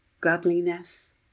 godliness